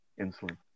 insulin